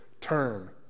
Turn